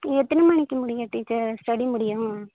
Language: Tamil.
எத்தனை மணிக்கு முடியும்க டீச்சர் ஸ்டடி முடியும்